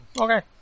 Okay